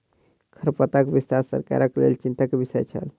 खरपातक विस्तार सरकारक लेल चिंता के विषय छल